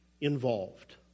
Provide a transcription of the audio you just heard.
involved